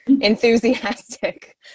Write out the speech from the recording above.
enthusiastic